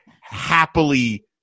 happily